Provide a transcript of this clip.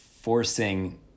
forcing